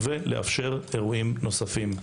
ולאפשר אירועים נוספים.